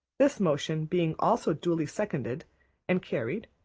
this motion being also duly seconded and carried,